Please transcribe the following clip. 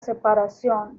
separación